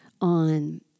on